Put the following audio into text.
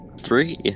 Three